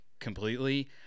completely